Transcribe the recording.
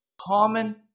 common